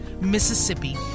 Mississippi